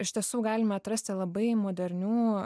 iš tiesų galime atrasti labai modernių